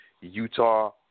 Utah